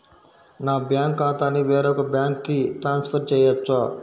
నా బ్యాంక్ ఖాతాని వేరొక బ్యాంక్కి ట్రాన్స్ఫర్ చేయొచ్చా?